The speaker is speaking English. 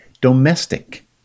domestic